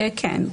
כן.